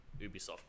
Ubisoft